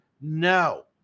no